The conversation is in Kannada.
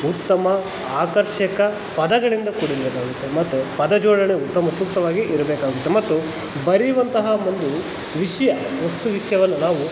ಉತ್ತಮ ಆಕರ್ಷಕ ಪದಗಳಿಂದ ಕೂಡಿರಬೇಕಾಗುತ್ತೆ ಮತ್ತು ಪದಜೋಡಣೆ ಉತ್ತಮ ಸೂಕ್ತವಾಗಿ ಇರಬೇಕಾಗುತ್ತೆ ಮತ್ತು ಬರೆಯುವಂತಹ ಒಂದು ವಿಷಯ ವಸ್ತು ವಿಷಯವನ್ನು ನಾವು